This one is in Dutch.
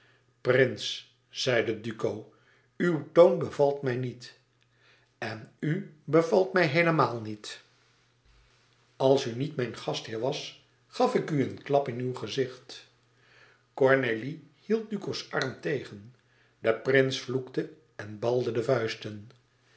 prins zeide duco uw toon bevalt mij niet en u bevalt mij heelemaal niet als u niet mijn gastheer was gaf ik u een klap in uw gezicht cornélie hield duco's arm tegen de prins vloekte en balde de vuisten